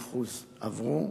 62% עברו.